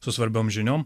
su svarbiom žiniom